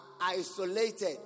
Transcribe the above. isolated